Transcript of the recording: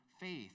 faith